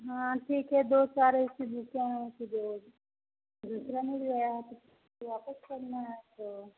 हाँ ठीक है दो चार ऐसी बुके हैं कि जो दूसरा मिल गया है तो इसको वापस करना है तो